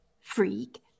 freak